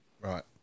Right